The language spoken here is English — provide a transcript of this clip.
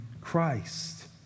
Christ